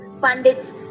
pundits